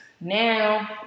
now